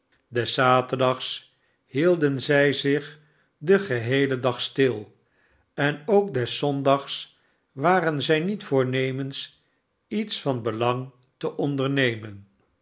des zaterdags hielden zij zich den geheelen dag stil en ook des zondags waren zij niet voornemens iets van belang te ondernemen